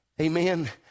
Amen